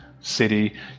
city